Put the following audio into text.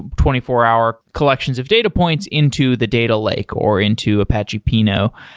twenty four hour collections of data points into the data lake or into apache pinot.